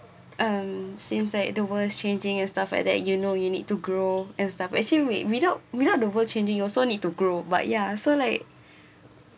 um seems like the world changing and stuff like that you know you need to grow and stuff actually we without without the world changing you also need to grow but ya so like